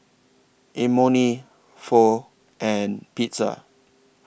Imoni Pho and Pizza